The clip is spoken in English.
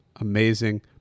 Amazing